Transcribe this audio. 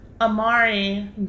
Amari